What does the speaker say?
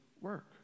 work